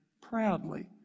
proudly